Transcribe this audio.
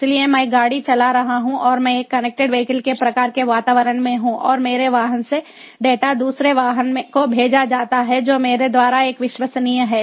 इसलिए मैं गाड़ी चला रहा हूं और मैं एक कनेक्टेड वीहिकल के प्रकार के वातावरण में हूं और मेरे वाहन से डेटा दूसरे वाहन को भेजा जाता है जो मेरे द्वारा एक विश्वसनीय है